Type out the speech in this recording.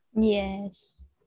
yes